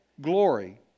glory